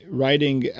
writing